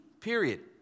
period